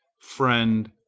friend,